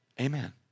amen